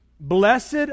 Blessed